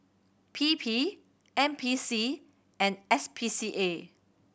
P P N P C and S P C A